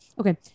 okay